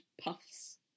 puffs